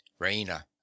raina